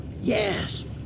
Yes